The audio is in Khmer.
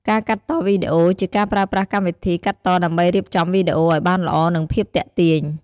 ការកាត់តវីដេអូ ជាការប្រើប្រាស់កម្មវិធីកាត់តដើម្បីរៀបចំវីដេអូឱ្យបានល្អនិងភាពទាក់ទាញ។